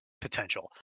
potential